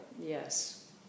Yes